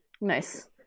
nice